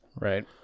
right